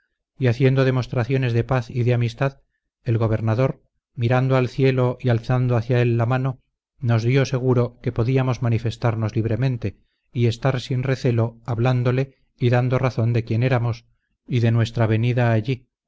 y haciendo demostraciones de paz y de amistad el gobernador mirando al cielo y alzando hacia él la mano nos dio seguro que podíamos manifestarnos libremente y estar sin recelo hablándole y dando razón de quién éramos y de nuestra venida allí